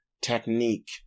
technique